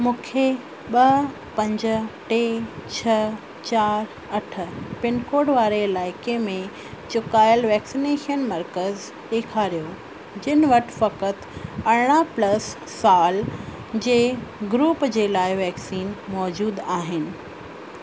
मूंखे ॿ पंज टे छह चार अठ पिनकोड वारे इलाइक़े में चुकायलु वैक्सीनेशन मर्कज़ु ॾेखारियो जिनि वटि फ़क़ति अरिड़हां प्लस साल जे ग्रुप जे लाइ वैक्सीन मौजूदु आहिनि